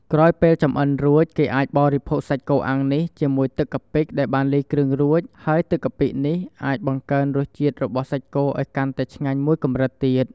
ក្រោយពេលចម្អិនរួច គេអាចបរិភោគសាច់គោអាំងនេះជាមួយទឹកកាពិដែលបានលាយគ្រឿងរួច ហើយទឹកកាពិនេះអាចបង្កើនរសជាតិរបស់សាច់គោឱ្យកាន់តែឆ្ងាញ់មួយកម្រិតទៀត។